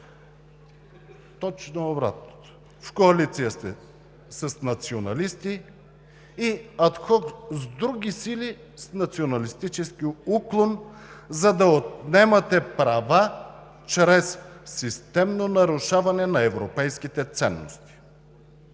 Точно обратното – в коалиция сте с националисти и атхок с други сили с националистически уклон, за да отнемате права чрез системно нарушаване на европейските ценности.